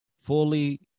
fully